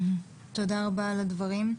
תודה רבה על הדברים.